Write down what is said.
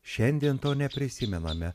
šiandien to neprisimename